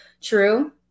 true